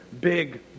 big